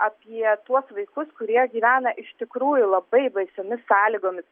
apie tuos vaikus kurie gyvena iš tikrųjų labai baisiomis sąlygomis